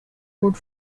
code